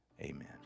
amen